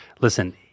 listen